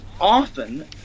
often